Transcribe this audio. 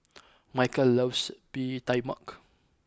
Mychal loves Bee Tai Mak